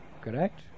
correct